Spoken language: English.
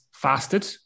Fasted